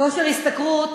כושר השתכרות